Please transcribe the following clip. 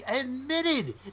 admitted